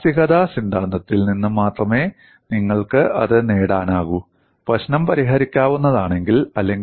ഇലാസ്തികത സിദ്ധാന്തത്തിൽ നിന്ന് മാത്രമേ നിങ്ങൾക്ക് അത് നേടാനാകൂ പ്രശ്നം പരിഹരിക്കാവുന്നതാണെങ്കിൽ